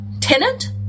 tenant